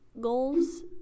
goals